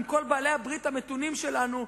עם כל בעלי הברית המתונים שלנו,